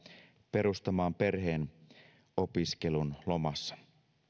perustamaan perheen opiskelun lomassa